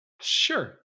sure